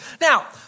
Now